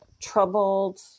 troubled